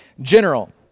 general